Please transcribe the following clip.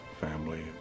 family